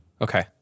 Okay